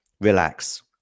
relax